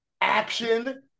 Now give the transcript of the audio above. action